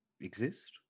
exist